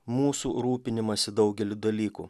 mūsų rūpinimąsi daugelį dalykų